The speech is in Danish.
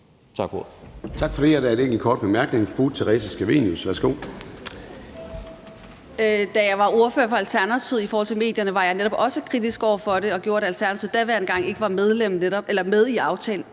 Tak for det. Der